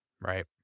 Right